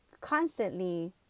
constantly